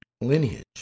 lineage